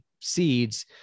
seeds